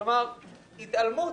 כלומר התעלמות